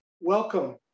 Welcome